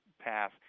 path